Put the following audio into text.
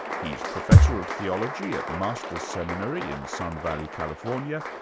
he's professor of theology at masters seminary in sun valley, california,